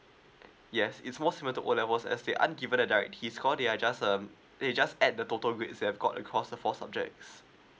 yes it's most similar to O level as they aren't given a direct his call they are just um then you just add the total grades you have got across the four subjects